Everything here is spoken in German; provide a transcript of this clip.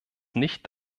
nicht